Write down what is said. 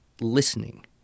listening